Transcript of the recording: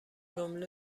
جمله